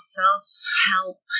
self-help